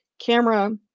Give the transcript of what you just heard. camera